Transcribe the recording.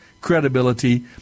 credibility